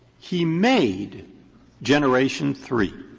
he made generation three.